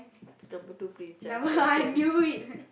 number two please just can send